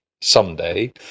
someday